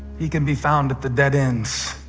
he can be found at the dead ends,